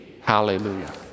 hallelujah